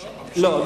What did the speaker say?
לא.